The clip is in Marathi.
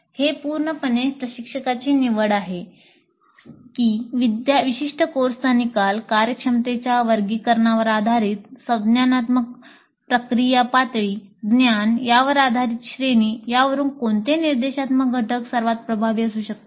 हे पूर्णपणे प्रशिक्षकाची निवड आहे की विशिष्ट कोर्सचा निकाल कार्यक्षमतेच्या वर्गीकरणावर आधारित संज्ञानात्मक प्रक्रिया पातळी ज्ञान यावर आधारित श्रेणी यावरून कोणते निर्देशात्मक घटक सर्वात प्रभावी असू शकतात